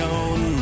own